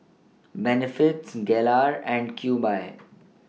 Benefits Gelare and Cube I